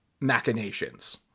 machinations